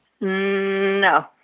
No